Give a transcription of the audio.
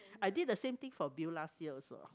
I did the same thing for Bill last year also